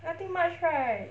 nothing much right